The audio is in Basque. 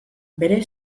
bere